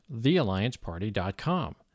theallianceparty.com